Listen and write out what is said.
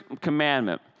commandment